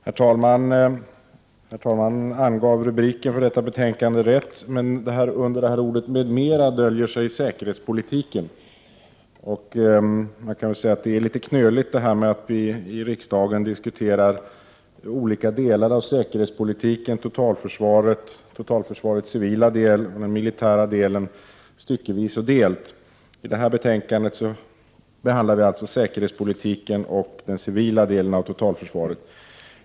Herr talman! Talmannen angav rubriken för detta betänkande rätt, men under ”m.m.” döljer sig säkerhetspolitiken. Det är litet avigt att vi i riksdagen diskuterar olika delar av säkerhetspolitiken, totalförsvaret, totalförsvarets civila del och den militära delen styckevis och delt. I detta betänkande behandlar vi alltså säkerhetspolitiken och den civila delen av totalförsvaret.